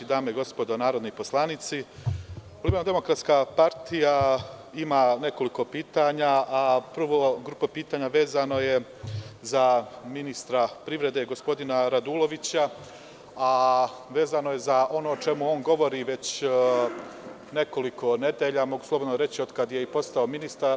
Dame i gospodo narodni poslanici, LDP ima nekoliko pitanja, a prva grupa pitanja vezana je za ministra privrede gospodina Radulovića, vezano je za ono o čemu on govori već nekoliko nedelja, mogu slobodno reći od kada je i postao ministar.